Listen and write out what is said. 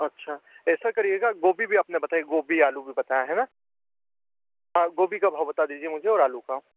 अच्छा ऐसा करिएगा गोभी भी आपने बताइए गोभी आलू भी बताए है ना हां गोभी का भाव बता दीजिए मुझे और आलू का